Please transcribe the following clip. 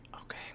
Okay